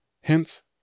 Hence